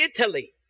Italy